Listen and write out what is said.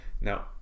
Now